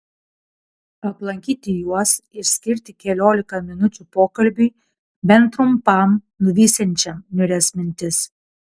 aplankyti juos ir skirti keliolika minučių pokalbiui bent trumpam nuvysiančiam niūrias mintis